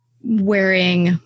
wearing